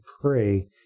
pray